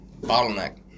Bottleneck